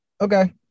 Okay